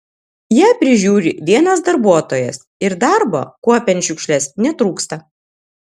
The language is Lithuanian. ją prižiūri vienas darbuotojas ir darbo kuopiant šiukšles netrūksta